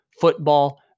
football